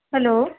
hello